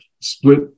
split